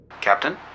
Captain